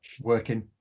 working